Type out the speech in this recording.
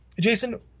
Jason